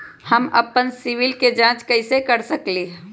हम अपन सिबिल के जाँच कइसे कर सकली ह?